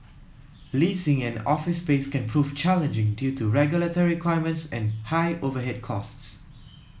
leasing an office space can prove challenging due to regulatory requirements and high overhead costs